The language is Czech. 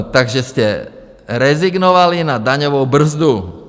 Takže jste rezignovali na daňovou brzdu.